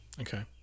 Okay